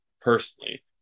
personally